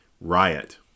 riot